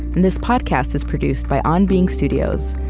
and this podcast is produced by on being studios,